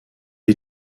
est